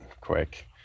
quick